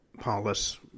Paulus